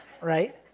right